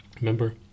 remember